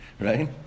Right